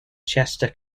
chester